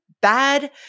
bad